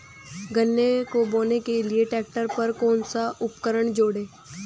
गन्ने को बोने के लिये ट्रैक्टर पर कौन सा उपकरण जोड़ें?